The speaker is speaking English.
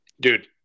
dude